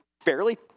fairly